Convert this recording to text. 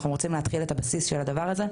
אנחנו רוצים להתחיל את הבסיס של הדבר הזה.